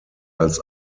als